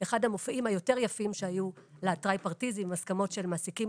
אחד המופעים היותר יפים שהיו עם הסכמות של מעסיקים,